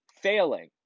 failing